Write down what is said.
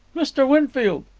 mr. winfield!